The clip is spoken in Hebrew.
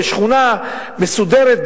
בשכונה מסודרת,